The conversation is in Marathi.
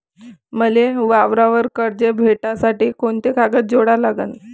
मले वावरावर कर्ज भेटासाठी कोंते कागद जोडा लागन?